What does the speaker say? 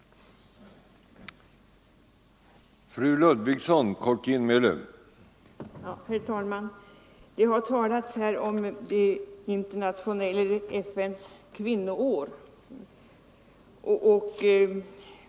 RS RSS